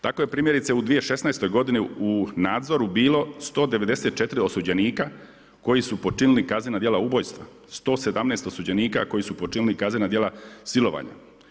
Tako je primjerice u 2016. godini u nadzoru bilo 194 osuđenika koji su počinili kaznena djela ubojstva, 117 osuđenika koji su počinili kaznena djela silovanja.